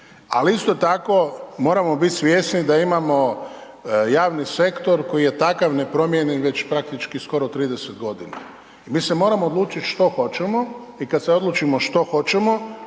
Ali isto tako moramo biti svjesni da imamo javni sektor koji je takav nepromijenjen već praktički skoro 30 godina i mi se moramo odlučiti što hoćemo i kad se odlučimo što hoćemo,